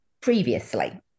previously